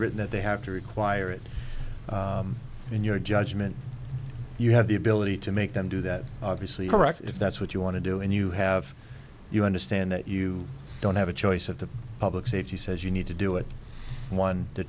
written that they have to require it in your judgment you have the ability to make them do that obviously correct if that's what you want to do and you have you understand that you don't have a choice of the public safety says you need to do it one to